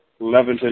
Levinson